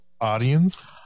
audience